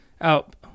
out